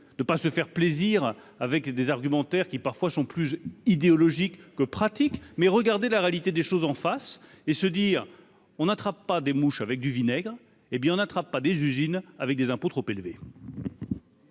de pas se faire plaisir avec des argumentaires qui parfois sont plus idéologique que pratique mais regardez la réalité des choses en face et se dire on n'attrape pas des mouches avec du vinaigre, hé bien on attrape pas des usines avec des impôts trop élevés.